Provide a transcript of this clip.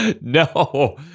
No